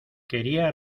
quería